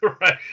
Right